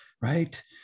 right